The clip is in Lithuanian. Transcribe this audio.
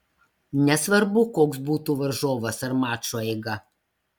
nesvarbu koks būtų varžovas ar mačo eiga